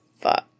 fuck